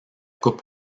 coupe